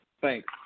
Thanks